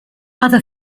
other